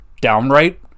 downright